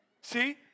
See